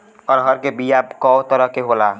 अरहर के बिया कौ तरह के होला?